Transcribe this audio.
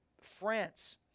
France